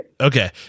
Okay